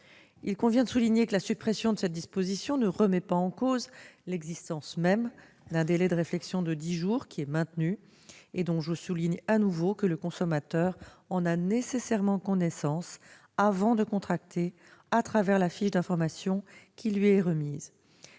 Il convient de souligner que la suppression de cette disposition ne remet pas en cause l'existence du délai de réflexion de dix jours : celui-ci est maintenu, et je répète que le consommateur en a nécessairement connaissance avant de contracter, à travers la fiche d'informations qui lui est remise.